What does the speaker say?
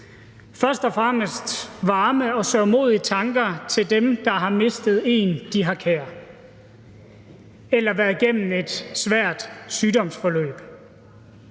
først og fremmest varme og sørgmodige tanker til dem, der har mistet en, de har kær, eller været igennem et svært sygdomsforløb;